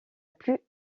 plus